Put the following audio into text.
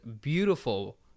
beautiful